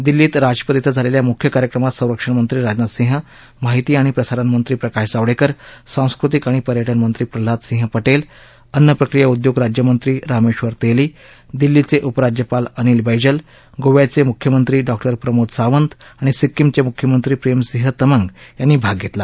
दिल्लीत राजपथ श्वे झालेल्या मुख्य कार्यक्रमात संरक्षणमंत्री राजनाथ सिंह माहिती आणि प्रसारण मंत्री प्रकाश जावडेकर संस्कृतिक आणि पर्यटन मंत्री प्रल्हाद सिंह पटेल अन्न प्रक्रिया उद्योग राज्यमंत्री रामेश्वर तेली दिल्लीचे उपराज्यपाल अनिल बैजल गोव्याचे मुख्यमंत्री डॉक्टर प्रमोद सांवत आणि सिक्किमचे मुख्यमंत्री प्रेम सिंह तमंग यांनी भाग घेतला